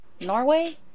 Norway